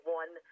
one